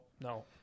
no